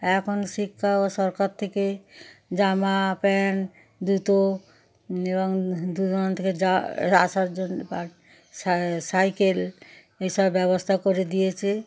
এখন শিক্ষাও সরকার থেকে জামা প্যান্ট জুতো এবং থেকে যাওয়া আসার জন্যে বা সাই সাইকেল এসবের ব্যবস্থা করে দিয়েছে